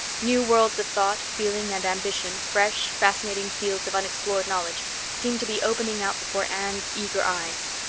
new worlds of thought, feeling, and ambition, fresh, fascinating fields of unexplored knowledge seemed to be opening out before anne's eager eyes.